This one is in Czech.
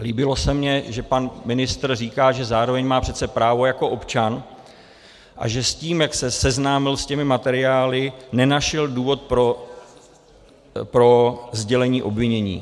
Líbilo se mi, že pan ministr říká, že zároveň má přece právo jako občan a že s tím, jak se seznámil s těmi materiály, nenašel důvod pro sdělení obvinění.